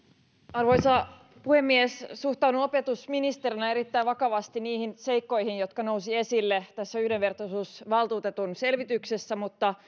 arvoisa puhemies suhtaudun opetusministerinä erittäin vakavasti niihin seikkoihin jotka nousivat esille tässä yhdenvertaisuusvaltuutetun selvityksessä mutta